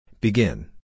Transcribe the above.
Begin